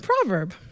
proverb